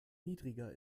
niedriger